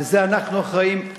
ולזה אנחנו אחראים,